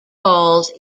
falls